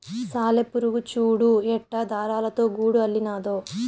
సాలెపురుగు చూడు ఎట్టా దారాలతో గూడు అల్లినాదో